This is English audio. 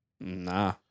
nah